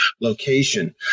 location